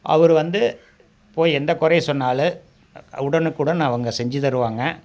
அவர் வந்து போய் எந்த குறை சொன்னாலும் உடனுக்குடன் அவங்க செஞ்சுத்தருவாங்க